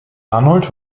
arnold